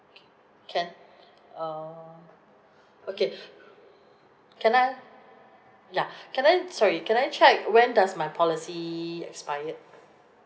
okay can err okay can I ya can I sorry can I check when does my policy expired